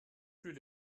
plus